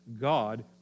God